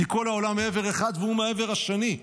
כי כל העולם מעבר אחד והוא מהעבר השני.